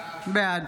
בעד